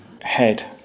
head